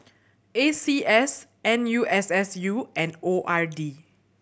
A C S N U S S U and O R D